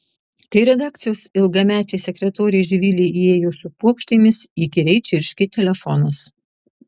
kai redakcijos ilgametė sekretorė živilė įėjo su puokštėmis įkyriai čirškė telefonas